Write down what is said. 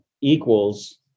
equals